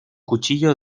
cuchillo